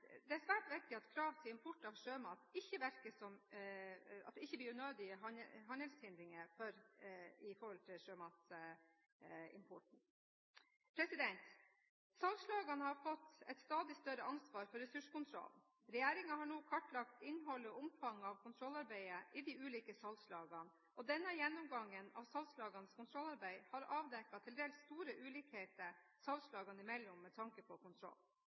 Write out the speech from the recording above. viktig at det ikke blir unødige handelshindringer for sjømatimporten. Salgslagene har fått et stadig større ansvar for ressurskontrollen. Regjeringen har nå kartlagt innholdet og omfanget av kontrollarbeidet i de ulike salgslagene, og denne gjennomgangen av salgslagenes kontrollarbeid har avdekket til dels store ulikheter salgslagene imellom med tanke på kontroll.